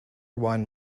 one